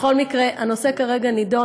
בכל מקרה, הנושא כרגע נדון.